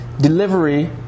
delivery